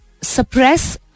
suppress